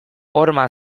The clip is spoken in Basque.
horma